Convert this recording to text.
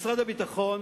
משרד הביטחון